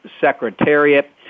Secretariat